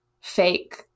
fake